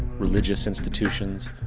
religious institutions.